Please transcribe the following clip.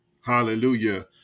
hallelujah